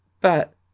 But